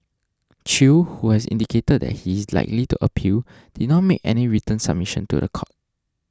Chew who has indicated that he is likely to appeal did not make any written submission to the court